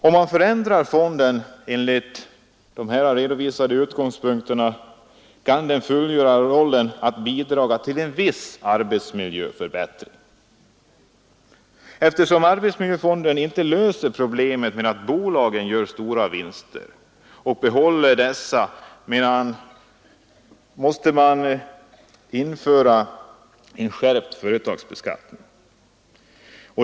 Om man förändrar fonden enligt dessa riktlinjer kan den bidraga till en viss arbetsmiljöförbättring. Eftersom arbetsmiljöfonden inte löser problemet med att bolagen gör stora vinster och behåller dessa, måste man införa en skärpt företagsbeskattning.